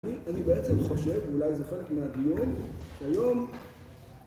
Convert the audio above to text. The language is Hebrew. אני בעצם חושב, ואולי זה חלק מהדיון, שהיום...